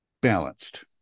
Balanced